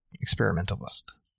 experimentalist